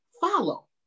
follow